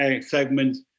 segments